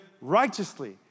righteously